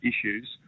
issues